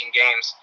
games